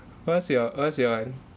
what's your what's your one